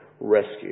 Rescue